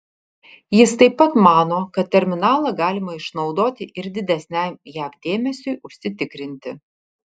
jis taip pat mano kad terminalą galima išnaudoti ir didesniam jav dėmesiui užsitikrinti